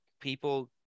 people